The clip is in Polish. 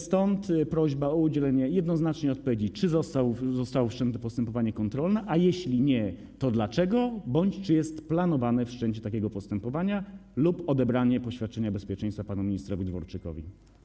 Stąd prośba o udzielenie jednoznacznej odpowiedzi: Czy zostało wszczęte postępowanie kontrolne, a jeśli nie, to dlaczego, bądź czy jest planowane wszczęcie takiego postępowania lub odebranie poświadczenia bezpieczeństwa panu ministrowi Dworczykowi?